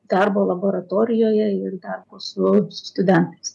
darbo laboratorijoje ir darbo su studentais